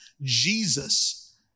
Jesus